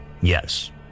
Yes